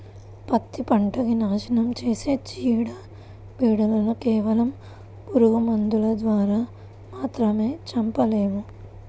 పత్తి పంటకి నాశనం చేసే చీడ, పీడలను కేవలం పురుగు మందుల ద్వారా మాత్రమే చంపలేము